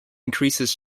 increases